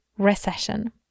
recession